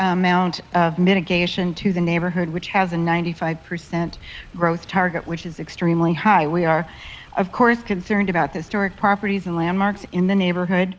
amount of mitigation to the neighborhood which has a ninety five percent growth target which is extremely high. we are of course concerned about historic properties and landmarks in the neighborhood.